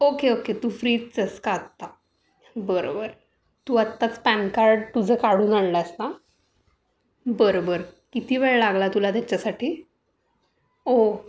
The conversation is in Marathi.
ओके ओके तू फ्रीच आहेस का आत्ता बरोबर तू आत्ताच पॅन कार्ड तुझं काढून आणलंस ना बरं बरं किती वेळ लागला तुला त्याच्यासाठी ओह